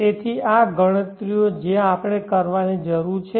તેથી આ ગણતરીઓ છે જે આપણે કરવાની જરૂર છે